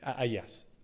yes